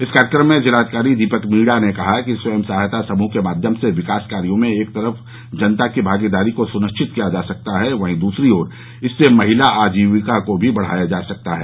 इस कार्यक्रम में जिलाधिकारी दीपक मीणा ने कहा कि स्वयं सहायता समूह के माध्यम से विकास कार्यो में जहां एक तरफ जनता की भागीदारी को सुनिश्चित किया जा सकता है वहीं दूसरी ओर इससे महिला आजीविका को भी बढ़ाया जा सकता है